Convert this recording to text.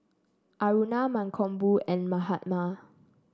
Aruna Mankombu and Mahatma